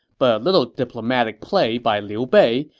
but a little diplomatic play by liu bei,